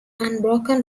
unbroken